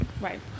Right